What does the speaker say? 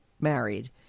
married